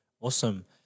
awesome